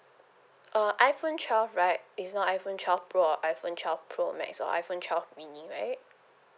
uh iphone twelve right it's not iphone twelve pro or iphone twelve pro max or iphone twelve mini right